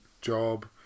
job